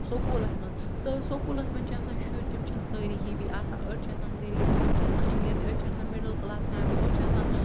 سکوٗلَس منٛز سُہ سکوٗلَس منٛز چھِ آسان شُرۍ تِم چھِنہٕ سٲرۍ ہِوی آسان أڑۍ چھِ آسان غریٖب تہِ أڑۍ چھِ آسان أمیٖر تہِ أڑۍ چھِ آسان مِڈَل کٕلاس فیملی أڑۍ چھِ آسان